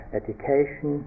education